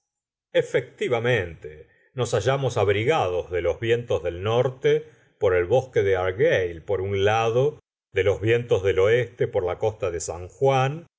efectivamente nos hallamos abrigados de los vientos del norte por el bosque de argueil por un lado de los vientos del oeste por la costa de san juan